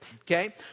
Okay